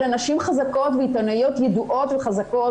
אלה נשים חזקות ועיתונאיות ידועות וחזקות,